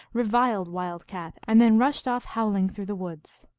reviled wild cat, and then rushed off howling through the woods.